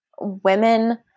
women